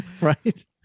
Right